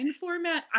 format